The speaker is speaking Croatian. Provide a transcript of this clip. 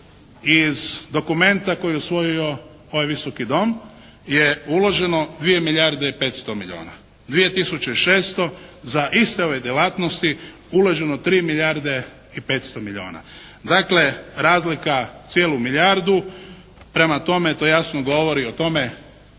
iz dokumenta koji je usvojio ovaj Visoki dom je uloženo dvije milijarde i 500 milijuna. 2 tisuće 600 za iste ove djelatnosti uloženo 3 milijarde i 500 milijuna. Dakle razlika cijelu milijardu. Prema tome to jasno govori o tome